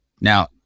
Now